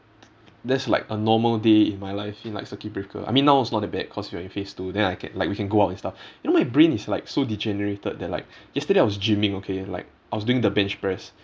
that's like a normal day in my life in like circuit breaker I mean now it's not that bad cause we're in phase two then I can like we can go out and stuff you know my brain is like so degenerated that like yesterday I was gyming okay like I was doing the bench press